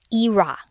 era，